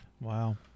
Wow